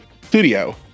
Studio